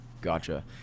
gotcha